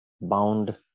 Bound